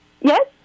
Yes